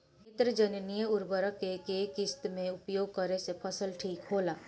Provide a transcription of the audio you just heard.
नेत्रजनीय उर्वरक के केय किस्त मे उपयोग करे से फसल ठीक होला?